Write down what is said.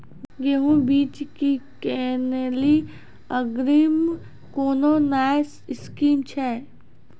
गेहूँ बीज की किनैली अग्रिम कोनो नया स्कीम छ?